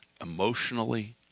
emotionally